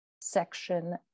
section